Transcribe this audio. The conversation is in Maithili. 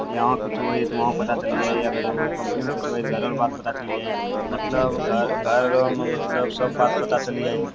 इहाँ किछु होइ हइ तऽ उहाँ पता चलि जाइ हइ अगर जौ कम्पनीमे किछु होइ हइ घरो अर बात पता चलि जाइ हइ मतलब घरोमे मतलब सब बात पता चलि जाइ हइ